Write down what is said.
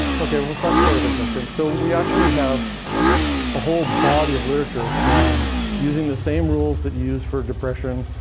okay, well, so that's sort of interesting. so we actually have a whole body of literature showing using the same rules that you use for depression,